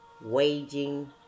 Waging